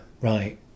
right